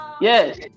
Yes